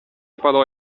parò